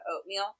oatmeal